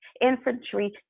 Infantry